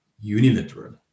unilateral